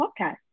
podcast